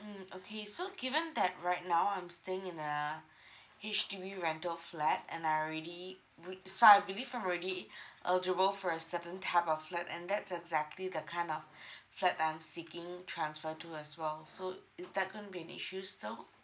mm okay so given that right now I'm staying in a H_D_B rental flat and I already re~ so I believe I'm already eligible for a certain type of flat and that's exactly the kind of flat that I'm seeking to transfer to as well so is that going to be an issue still